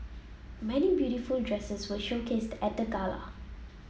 many beautiful dresses were showcased at the gala